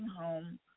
home